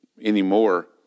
anymore